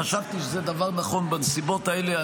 וחשבתי שזה דבר נכון בנסיבות האלה,